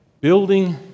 building